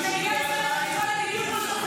קצת אהבת ישראל.